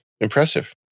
impressive